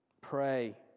Pray